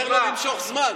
אתה עוזר לו למשוך זמן.